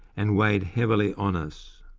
and weighed heavily on us.